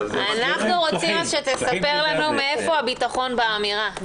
אנחנו רוצים שתספר לנו מאיפה הביטחון באמירה...